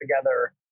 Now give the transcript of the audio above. together